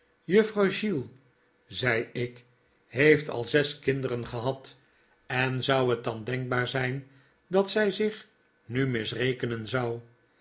juffrouw gill zei ik heeft al zes kinderen gehad en zou het dan denkbaar zijn dat zij zich nu misrekenen zou